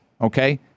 okay